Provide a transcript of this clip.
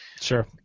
Sure